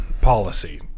policy